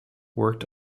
worked